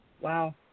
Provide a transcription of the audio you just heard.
Wow